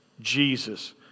Jesus